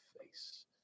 face